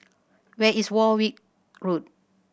where is Warwick Road